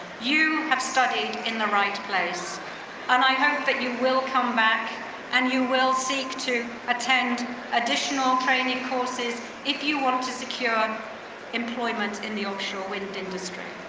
you have studied in the right place and i hope that you will come back and you will seek to attend additional training courses if you want to secure um employment in the offshore wind industry.